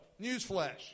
newsflash